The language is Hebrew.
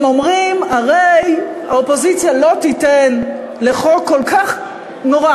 הם אומרים: הרי האופוזיציה לא תיתן לחוק כל כך נורא